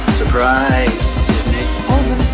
surprise